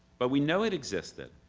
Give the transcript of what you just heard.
but we know it existed,